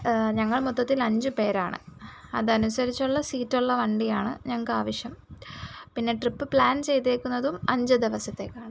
ഞങ്ങൾ മൊത്തത്തിൽ അഞ്ച് പേരാണ് അത് അനുസരിച്ചുള്ള സീറ്റുള്ള വണ്ടിയാണ് ഞങ്ങൾക്കാവശ്യം പിന്നെ ട്രിപ്പ് പ്ലാൻ ചെയ്തേക്കുന്നതും അഞ്ച് ദിവസത്തേക്കാണ്